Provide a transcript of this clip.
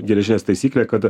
geležinės taisyklė kad